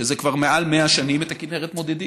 כבר מעל 100 שנים מודדים את הכינרת.